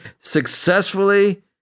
successfully